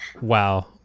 Wow